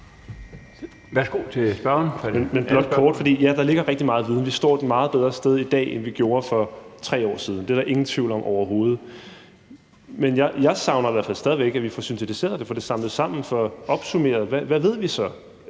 Værsgo til spørgeren.